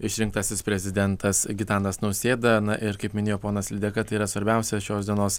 išrinktasis prezidentas gitanas nausėda na ir kaip minėjo ponas lydeka tai yra svarbiausias šios dienos